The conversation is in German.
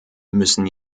müssen